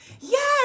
yes